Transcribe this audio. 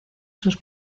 sus